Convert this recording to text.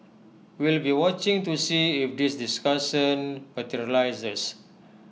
we'll be watching to see if this discussion materialises